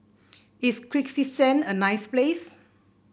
is Kyrgyzstan a nice place